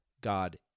God